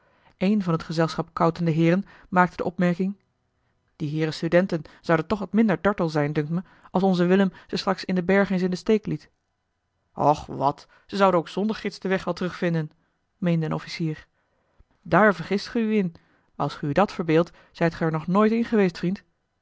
een van het gezelschap koutende heeren maakte de opmerking die heeren studenten zouden toch wat minder dartel zijn dunkt eli heimans willem roda me als onze willem ze straks in den berg eens in den steek liet och wat ze zouden ook zonder gids den weg wel terugvinden meende een officier daar vergist ge u in als ge u dat verbeeldt zijt ge er nog nooit in geweest vriend